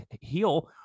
heal